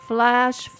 Flash